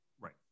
right